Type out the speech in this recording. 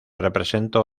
representó